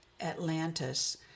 Atlantis